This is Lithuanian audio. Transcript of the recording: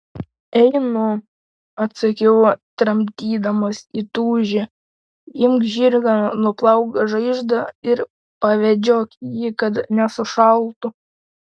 einu atsakiau tramdydamas įtūžį imk žirgą nuplauk žaizdą ir pavedžiok jį kad nesušaltų